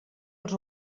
els